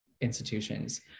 institutions